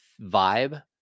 vibe